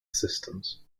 systems